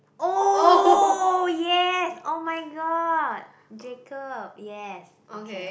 oh yes oh-my-god Jacob yes